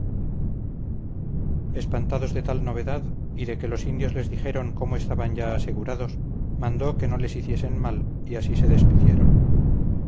espantados de tal novedad y de que los indios les dijeron cómo estaban ya asegurados mandó que no les hiciesen mal y así se despidieron